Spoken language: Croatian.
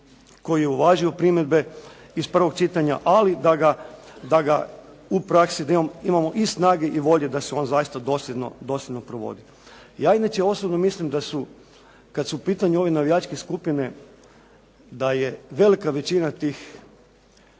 koji je uvažio primjedbe iz prvog čitanja. Ali da ga u praksi, da imamo i snage i volje da se on zaista dosljedno provodi. Ja inače osobno mislim da su, kad su u pitanju ove navijačke skupine da je velika većina tih